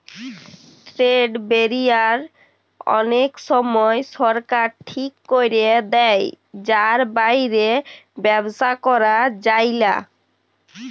trade barrier অলেক সময় সরকার ঠিক ক্যরে দেয় যার বাইরে ব্যবসা ক্যরা যায়লা